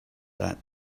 that